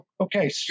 Okay